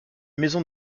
maison